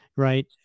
Right